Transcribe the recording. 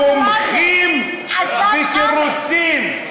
אתם מומחים בתירוצים.